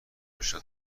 رشد